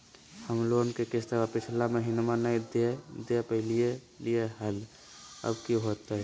हम लोन के किस्तवा पिछला महिनवा नई दे दे पई लिए लिए हल, अब की होतई?